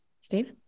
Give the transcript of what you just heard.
Steve